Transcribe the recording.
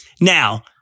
Now